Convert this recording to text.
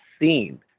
seen